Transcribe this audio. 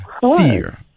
fear